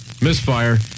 Misfire